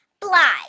fly